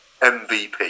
MVP